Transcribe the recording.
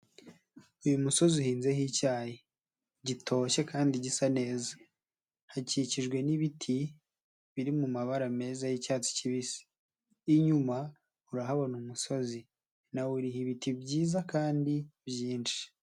uyu musozi uhinzeho icyayi gitoshye kandi gisa neza, hakikijwe n'ibiti biri mu mabara meza y'icyatsi kibisi. Inyuma urahabona umusozi nawo uriho ibiti byiza kandi byinshi.